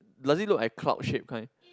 does it look like cloud shape kind